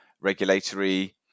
regulatory